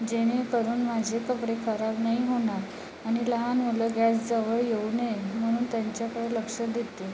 जेणेकरून माझे कपडे खराब नाही होणार आणि लहान मुलं गॅसजवळ येऊ नये म्हणून त्यांच्याकडे लक्ष देते